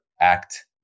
act